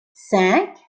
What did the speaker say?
cinq